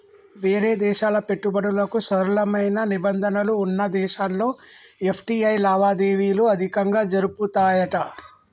వేరే దేశాల పెట్టుబడులకు సరళమైన నిబంధనలు వున్న దేశాల్లో ఎఫ్.టి.ఐ లావాదేవీలు అధికంగా జరుపుతాయట